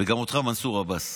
וגם אותך, מנסור עבאס,